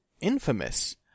Infamous